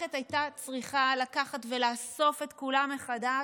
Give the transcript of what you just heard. והמערכת הייתה צריכה לקחת ולאסוף את כולם מחדש,